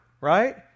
right